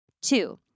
Two